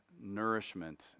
nourishment